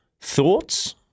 Thoughts